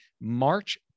March